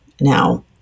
Now